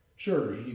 Sure